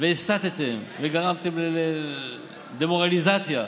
והסתם וגרמתם לדמורליזציה,